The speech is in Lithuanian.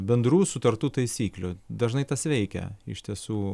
bendrų sutartų taisyklių dažnai tas veikia iš tiesų